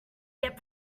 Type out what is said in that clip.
get